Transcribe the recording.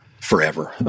forever